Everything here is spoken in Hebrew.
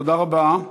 תודה רבה.